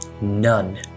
None